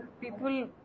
people